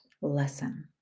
lesson